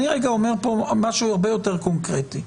אני אומר כאן משהו הרבה יותר קונקרטי.